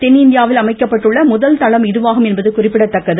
தென்னிந்தியாவின் அமைக்கப்பட்டுள்ள முதல் தளம் இதுவாகும் என்பது குறிப்பிடத்தக்கது